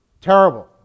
terrible